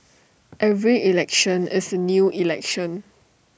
every election is new election